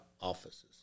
offices